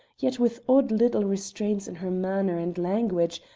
yet with odd little restraints in her manner and language,